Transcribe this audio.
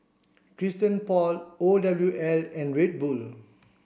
Christian Paul O W L and Red Bull